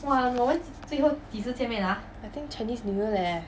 I think chinese new year leh